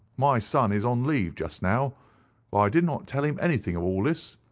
my son is on leave just now, but i did not tell him anything of all this,